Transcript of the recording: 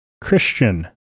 Christian